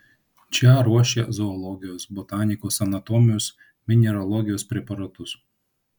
čia ruošė zoologijos botanikos anatomijos mineralogijos preparatus